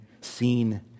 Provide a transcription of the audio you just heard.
seen